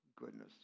goodness